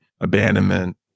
abandonment